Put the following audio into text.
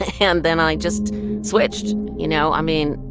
ah and then i just switched. you know, i mean,